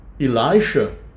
Elisha